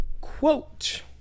Quote